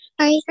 Hi